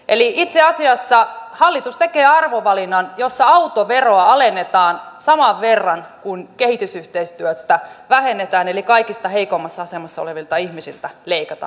eli itse asiassa hallitus tekee arvovalinnan jossa autoveroa alennetaan saman verran kuin kehitysyhteistyöstä vähennetään eli kaikista heikoimmassa asemassa olevilta ihmisiltä leikataan